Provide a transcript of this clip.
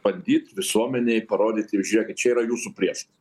bandyt visuomenei parodyti žiūrėkit čia yra jūsų priešas